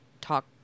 talk